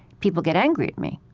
people get angry at me.